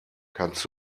kannst